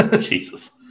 Jesus